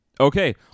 Okay